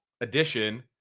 edition